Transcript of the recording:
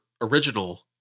original